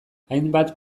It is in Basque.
hainbat